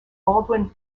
baldwin